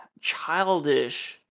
childish